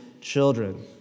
children